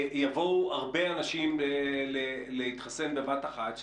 יבואו הרבה אנשים להתחסן בבת אחת,